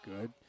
good